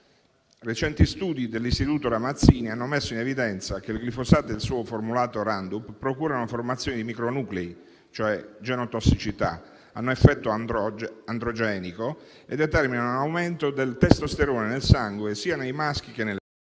Recenti studi dell'Istituto Ramazzini hanno messo in evidenza che il glifosato e il suo formulato Roundup procurano la formazione di micronuclei, e cioè genotossicità; hanno effetto androgenico e determinano l'aumento del testosterone nel sangue sia dei maschi che delle femmine,